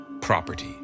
Property